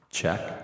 check